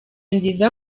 nziza